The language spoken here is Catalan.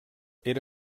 era